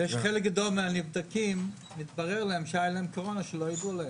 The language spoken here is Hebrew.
יש חלק גדול מהנבדקים שמתברר להם שהיה להם קורונה ולא ידעו.